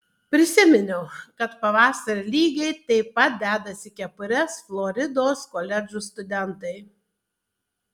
prisiminiau kad pavasarį lygiai taip pat dedasi kepures floridos koledžų studentai